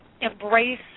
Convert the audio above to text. embrace